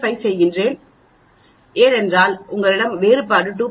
5 செய்கிறேன் ஏனென்றால் உங்களிடம் வேறுபாடு 2